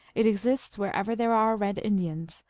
it exists wherever there are red indians,